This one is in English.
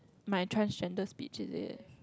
my transgender speech is it